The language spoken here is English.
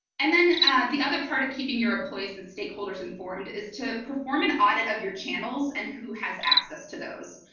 and then the other part of keeping your employees and stakeholders informed informed is to perform an audit of your channels and who has access to those.